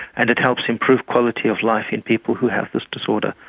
and it helps improve quality of life in people who have this disorder.